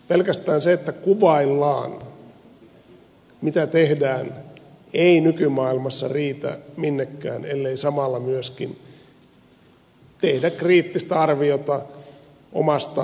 pelkästään se että kuvaillaan mitä tehdään ei nykymaailmassa riitä minnekään ellei samalla myöskin tehdä kriittistä arviota omasta toiminnastaan